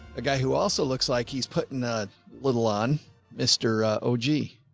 a guy who also looks like he's putting ah a little on mr ah oh gee.